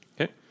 Okay